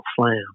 Slam